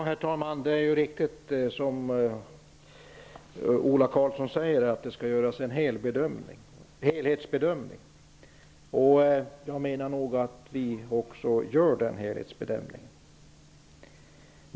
Herr talman! Det är ju riktigt, som Ola Karlsson säger, att det skall göras en helhetsbedömning. Jag menar nog att vi också gör en sådan helhetsbedömning.